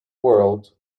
world